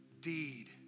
deed